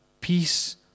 peace